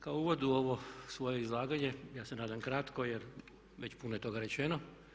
Kao uvod u ovo svoje izlaganje, ja se nadam kratko jer već puno je toga rečeno.